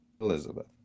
Elizabeth